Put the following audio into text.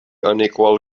unequal